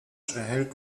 erhält